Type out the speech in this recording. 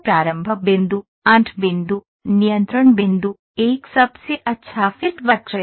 प्रारंभ बिंदु अंत बिंदु नियंत्रण बिंदु एक सबसे अच्छा फिट वक्र है